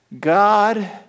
God